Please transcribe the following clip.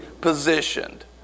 positioned